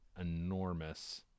enormous